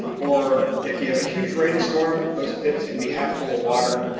or if you have a huge rainstorm, those pits can be half full of water,